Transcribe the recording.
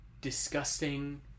Disgusting